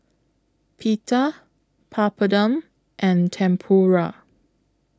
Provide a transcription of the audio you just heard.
Pita Papadum and Tempura